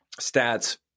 stats